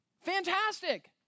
fantastic